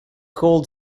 called